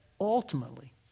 ultimately